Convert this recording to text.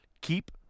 keep